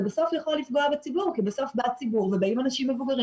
זה בסוף יכול לפגוע בציבור כי בסוף בא הציבור ובאים אנשים מבוגרים